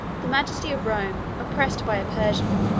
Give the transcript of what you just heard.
the majesty of rome, oppressed by a persian,